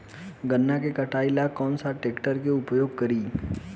गन्ना के कटाई ला कौन सा ट्रैकटर के उपयोग करी?